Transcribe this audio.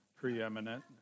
preeminent